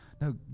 No